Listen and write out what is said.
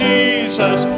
Jesus